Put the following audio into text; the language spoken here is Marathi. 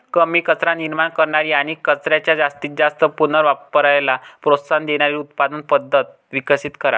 कमी कचरा निर्माण करणारी आणि कचऱ्याच्या जास्तीत जास्त पुनर्वापराला प्रोत्साहन देणारी उत्पादन पद्धत विकसित करा